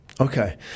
Okay